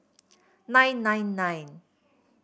nine nine nine